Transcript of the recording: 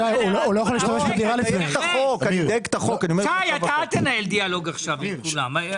שי, אל תנהל דיאלוג עם כולם.